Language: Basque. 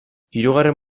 hirugarren